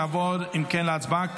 נעבור להצבעה.